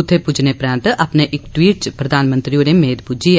उत्थे पूज्जने परैन्त अपने इक टवीट च प्रधानमंत्री होरें मेद बृज्झी